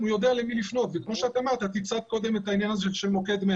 את הצעת קודם את מוקד 100,